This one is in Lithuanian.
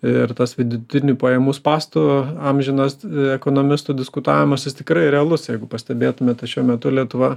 ir tas vidutinių pajamų spąstų amžinas ekonomistų diskutavimas jis tikrai realus jeigu pastebėtumėt tai šiuo metu lietuva